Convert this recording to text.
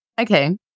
Okay